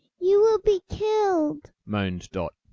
you will be killed, moaned dot.